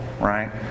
right